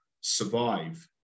survive